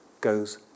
goes